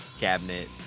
cabinet